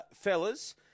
fellas